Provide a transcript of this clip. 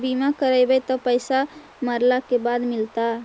बिमा करैबैय त पैसा मरला के बाद मिलता?